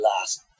last